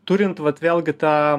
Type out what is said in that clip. turint vat vėlgi tą